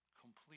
complete